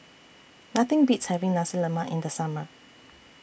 Nothing Beats having Nasi Lemak in The Summer